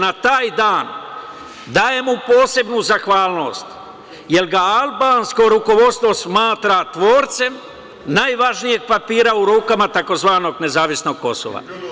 Na taj dan daje mu posebnu zahvalnost, jer ga albansko rukovodstvo smatra tvorcem najvažnijeg papira u rukama takozvanog nezavisnog Kosova.